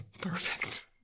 Perfect